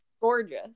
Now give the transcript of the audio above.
gorgeous